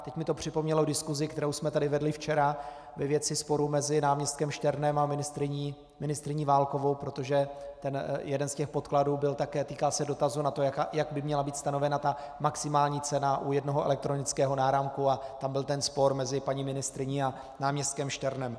Teď mi to připomnělo diskusi, kterou jsme tady vedli včera ve věci sporu mezi náměstkem Šternem a ministryní Válkovou, protože jeden z těch podkladů byl také týkal se dotazu na to, jak by měla být stanovena maximální cena u jednoho elektronického náramku, a tam byl ten spor mezi paní ministryní a náměstkem Šternem.